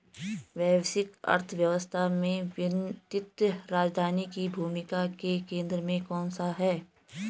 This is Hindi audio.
वैश्विक अर्थव्यवस्था में वित्तीय राजधानी की भूमिका के केंद्र में कौन है?